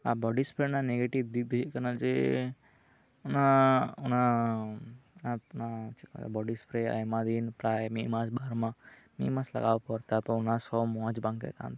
ᱵᱚᱰᱤ spray ᱨᱮᱱᱟᱜ negative ᱫᱤᱠ ᱫᱚ ᱦᱩᱭᱩᱜ ᱠᱟᱱᱟ ᱡᱮ ᱚᱱᱟ ᱚᱱᱟ ᱚᱱᱟ ᱵᱚᱰᱤ ᱥᱯᱨᱮ ᱟᱭᱢᱟ ᱫᱤᱱ ᱯᱨᱟᱭ ᱢᱤᱫ ᱢᱟᱥ ᱵᱟᱨ ᱢᱟᱥ ᱟᱭᱢᱟ ᱫᱤᱱ ᱢᱤᱫ ᱢᱟᱥ ᱞᱟᱜᱟᱣ ᱠᱚᱜᱼᱟ ᱛᱟᱨᱯᱚᱨ ᱚᱱᱟ ᱥᱚ ᱢᱚᱸᱡᱽ ᱵᱟᱝ ᱟᱹᱭᱠᱟᱹᱜ ᱠᱟᱱ ᱛᱟᱦᱮᱸᱜᱼᱟ